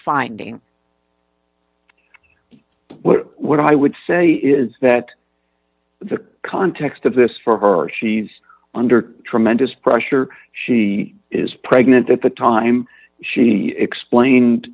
finding what i would say is that the context of this for her she wondered tremendous pressure she is pregnant at the time she explained